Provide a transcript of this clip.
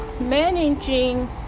managing